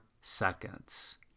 seconds